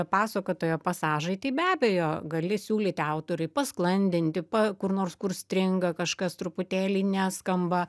pasakotojo pasažai tai be abejo gali siūlyti autoriui paskandinti pa kur nors kur stringa kažkas truputėlį neskamba